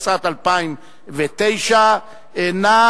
התשס"ט 2009. נא